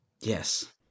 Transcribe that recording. Yes